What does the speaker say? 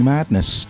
Madness